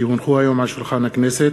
כי הונחו היום על שולחן הכנסת,